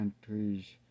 countries